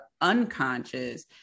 unconscious